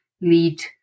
lead